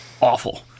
awful